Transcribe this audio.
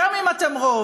גם אם אתם רוב,